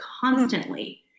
constantly